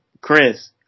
Chris